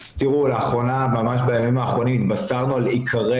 לאחרונה, ממש בימים האחרונים, התבשרנו על עיקרי